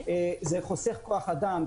זה חוסך כוח אדם,